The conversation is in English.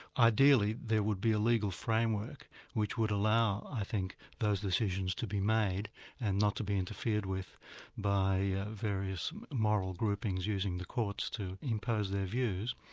ideally there would be a legal framework which would allow i think those decisions to be made and not to be interfered with by various moral groupings using the courts to impose their views.